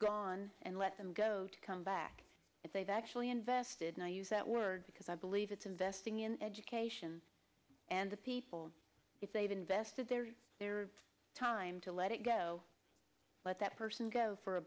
gone and let them go to come back if they've actually invested i use that word because i believe it's investing in education and the people if they've invested their time to let it go let that person go for a